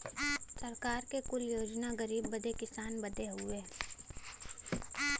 सरकार के कुल योजना गरीब बदे किसान बदे हउवे